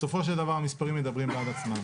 בסופו של דבר, המספרים מדברים בעד עצמם.